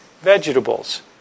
vegetables